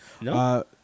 No